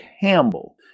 Campbell